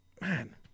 man